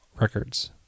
records